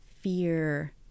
fear